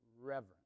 Reverence